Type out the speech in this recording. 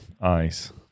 ice